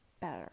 better